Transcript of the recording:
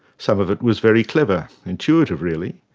some of it was very clever, intuitive really.